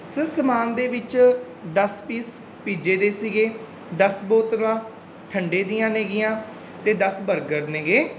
sir ਸਮਾਨ ਦੇ ਵਿੱਚ ਦਸ ਪੀਸ ਪੀਜ਼ੇ ਦੇ ਸੀਗੇ ਦਸ ਬੋਤਲਾਂ ਠੰਡੇ ਦੀਆਂ ਨੇਗੀਆਂ ਅਤੇ ਦਸ ਬਰਗਰ ਨੇਗੇ